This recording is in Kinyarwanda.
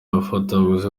abafatabuguzi